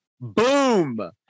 Boom